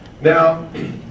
Now